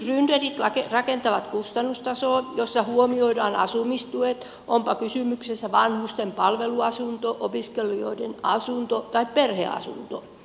nyt grynderit rakentavat kustannustasolla jossa huomioidaan asumistuet onpa kysymyksessä vanhusten palveluasunto opiskelijoiden asunto tai perheasunto